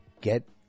get